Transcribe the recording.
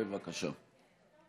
בבקשה.